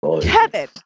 Kevin